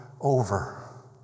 over